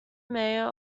mayor